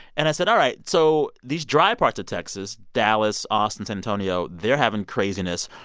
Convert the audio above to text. and i said, all right, so these dry parts of texas dallas, austin, san antonio they're having craziness.